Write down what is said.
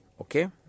Okay